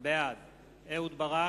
בעד אהוד ברק,